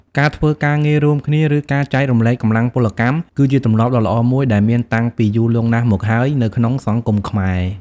ការធ្វើការងាររួមគ្នា ឬការចែករំលែកកម្លាំងពលកម្ម គឺជាទម្លាប់ដ៏ល្អមួយដែលមានតាំងពីយូរលង់ណាស់មកហើយនៅក្នុងសង្គមខ្មែរ។